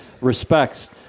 respects